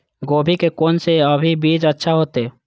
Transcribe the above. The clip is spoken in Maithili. गोभी के कोन से अभी बीज अच्छा होते?